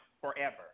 forever